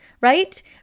right